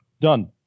Done